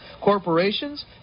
corporations